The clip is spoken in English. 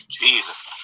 Jesus